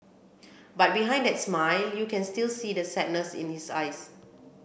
but behind that smile you can still see the sadness in his eyes